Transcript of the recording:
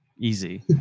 easy